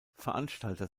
veranstalter